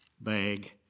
bag